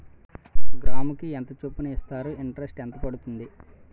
గ్రాముకి ఎంత చప్పున ఇస్తారు? ఇంటరెస్ట్ ఎంత పడుతుంది?